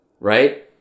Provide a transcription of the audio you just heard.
right